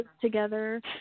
together